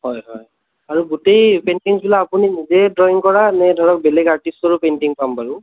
হয় হয় আৰু গোটেই প্ৰেইণ্টিঙছবিলাক আপুনি নিজেই ড্ৰয়িং কৰা নে ধৰক বেলেগ আৰ্টিছৰো পেইণ্টিং পাম বাৰু